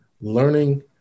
learning